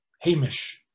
Hamish